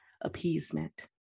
appeasement